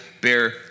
bear